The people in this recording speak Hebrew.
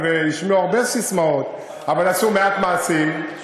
והשמיעו הרבה ססמאות אבל עשו מעט מעשים.